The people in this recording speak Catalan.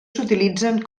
s’utilitzen